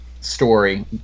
story